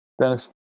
Dennis